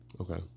Okay